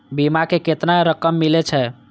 बीमा में केतना रकम मिले छै?